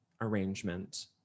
arrangement